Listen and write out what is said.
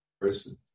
person